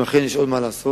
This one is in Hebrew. אם אכן יש עוד מה לעשות,